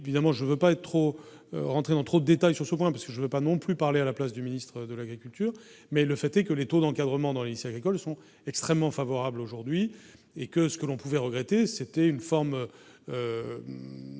évidemment, je ne veux pas être trop rentrer dans trop de détails sur ce point parce que je ne veux pas non plus parler à la place du ministre de l'Agriculture, mais le fait est que les taux d'encadrement dans les lycées agricoles sont extrêmement favorables aujourd'hui et que ce que l'on pouvait regretter, c'était une forme